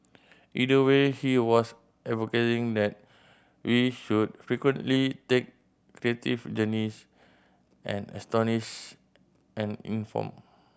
either way he was advocating that we should frequently take creative journeys and astonish and inform